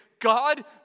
God